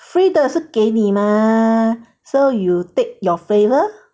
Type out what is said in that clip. free 的是给你 mah so you take your flavour